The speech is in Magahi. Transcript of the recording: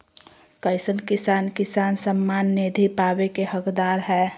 कईसन किसान किसान सम्मान निधि पावे के हकदार हय?